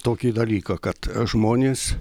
tokį dalyką kad žmonės